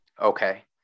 Okay